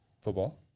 Football